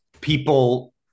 people